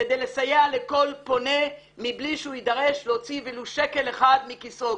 כדי לסייע לכל פונה מבלי שהוא יידרש להוציא ולו שקל אחד מכיסו.